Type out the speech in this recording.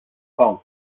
kong